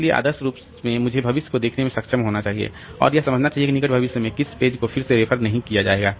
इसलिए आदर्श रूप में मुझे भविष्य को देखने में सक्षम होना चाहिए और यह समझना चाहिए कि निकट भविष्य में किस पेज को फिर से रेफर नहीं किया जाएगा